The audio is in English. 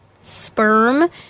sperm